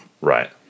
Right